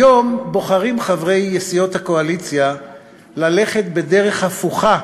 היום בוחרים חברי סיעות הקואליציה ללכת בדרך הפוכה